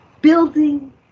building